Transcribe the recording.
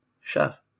Chef